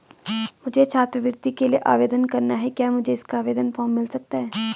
मुझे छात्रवृत्ति के लिए आवेदन करना है क्या मुझे इसका आवेदन फॉर्म मिल सकता है?